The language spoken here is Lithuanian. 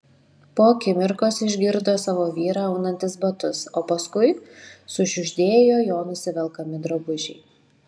po akimirkos išgirdo savo vyrą aunantis batus o paskui sušiugždėjo jo nusivelkami drabužiai